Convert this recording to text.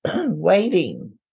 waiting